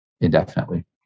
indefinitely